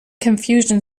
confusion